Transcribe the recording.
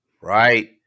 right